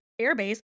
airbase